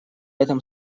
этом